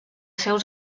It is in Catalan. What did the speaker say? seus